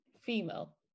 female